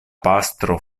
pastro